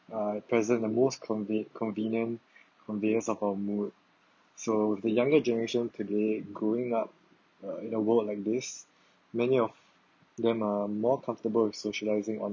uh present the most conven~ convenient conveyance of our mood so the younger generation today growing up uh in a world like this many of them are more comfortable with socializing online